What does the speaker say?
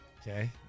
Okay